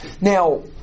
Now